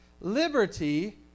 Liberty